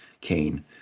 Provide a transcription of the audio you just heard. Kane